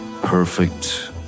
perfect